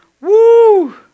Woo